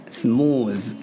smooth